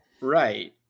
right